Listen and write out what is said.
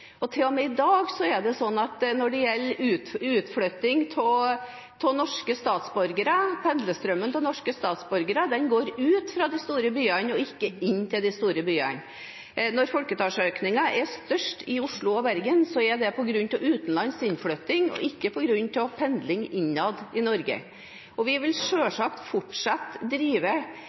og med i dag er det sånn at når det gjelder utflytting av norske statsborgere, går pendlerstrømmen til norske statsborgere ut fra de store byene og ikke inn til de store byene. Når folketallsøkningen er størst i Oslo og Bergen, er det på grunn av utenlands innflytting og ikke på grunn av pendling innad i Norge. Vi vil selvsagt fortsette å drive